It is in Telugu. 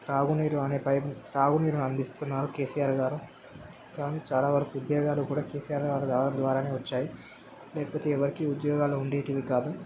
తాగునీరు అనే పై తాగునీరు అందిస్తున్నారు కేసీఆర్ గారు కాని చాలా వరకు ఉద్యోగాలు కూడా కేసీఆర్ గారు రావడం ద్వారానే వచ్చాయి లేకపోతే ఎవరికి ఉద్యోగాలు ఉండేటివి కాదు